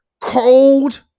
Cold